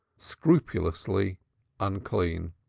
scrupulously unclean.